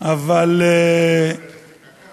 או שאנחנו נלך לקק"ל.